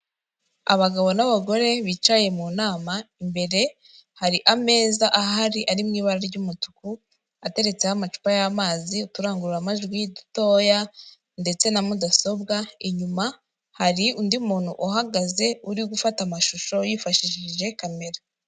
Abagabo n'abagore bicaye mu nama, imbere hari ameza ahari ari mu ibara ry'umutuku ateretseho amacupa y'amazi, uturangurura majwi dutoya ndetse na mudasobwa, inyuma hari undi muntu uhagaze uri gufata amashusho yifashishije kamera.